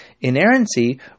Inerrancy